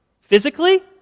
Physically